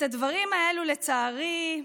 את הדברים האלו, לצערי,